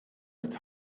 mit